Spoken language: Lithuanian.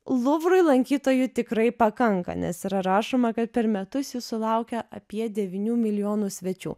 luvrui lankytojų tikrai pakanka nes yra rašoma kad per metus jis sulaukia apie devynių milijonų svečių